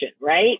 Right